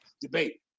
debate